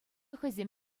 хӑйсем